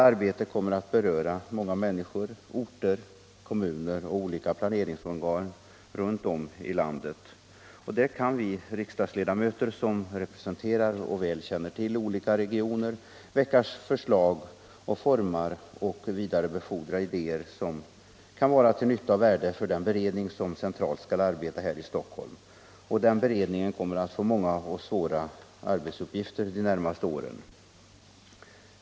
Arbetet kommer att beröra många människor, orter, kommuner och olika planeringsorgan runt om i landet. Vi riksdagsledamöter, som representerar och väl känner till olika regioner, kan väcka förslag och vidarebefordra idéer som kan vara till nytta och värde för den beredning som skall arbeta centralt här i Stockholm. Denna beredning kommer att få många och svåra arbetsuppgifter de närmaste åren.